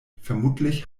vermutlich